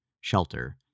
shelter